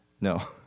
No